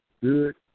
good